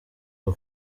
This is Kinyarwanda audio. ngo